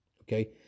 Okay